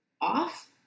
off